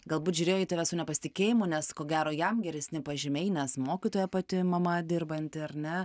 galbūt žiūrėjo į tave su nepasitikėjimu nes ko gero jam geresni pažymiai nes mokytoja pati mama dirbanti ar ne